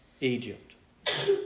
Egypt